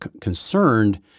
concerned